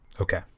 Okay